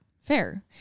Fair